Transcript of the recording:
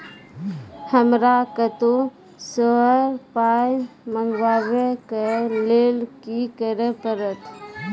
हमरा कतौ सअ पाय मंगावै कऽ लेल की करे पड़त?